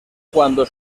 cuando